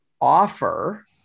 offer